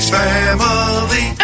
family